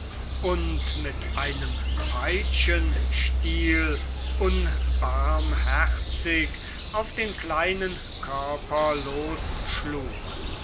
und mit einem peitschenstiel unbarmherzig auf den kleinen körper losschlug